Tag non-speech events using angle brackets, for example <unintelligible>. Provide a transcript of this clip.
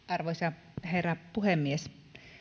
<unintelligible> arvoisa herra puhemies